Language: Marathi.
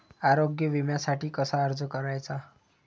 आरोग्य विम्यासाठी कसा अर्ज करायचा?